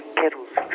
kettle's